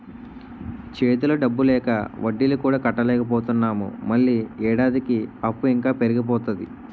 చేతిలో డబ్బు లేక వడ్డీలు కూడా కట్టలేకపోతున్నాము మళ్ళీ ఏడాదికి అప్పు ఇంకా పెరిగిపోతాది